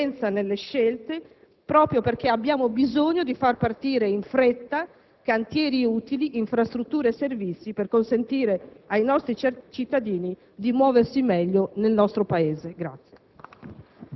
coerenza nelle scelte, proprio perché abbiamo bisogno di far partire in fretta cantieri utili, infrastrutture e servizi per consentire ai nostri cittadini di muoversi meglio nel nostro Paese.